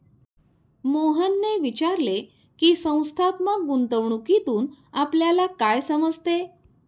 मोहनने विचारले की, संस्थात्मक गुंतवणूकीतून आपल्याला काय समजते?